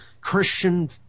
Christian